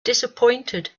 disappointed